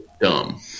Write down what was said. dumb